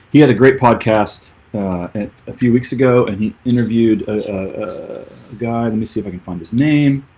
he had a great podcast at a few weeks ago and he interviewed a guy. let and me see if i can find his name